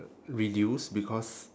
reduce because